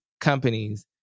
companies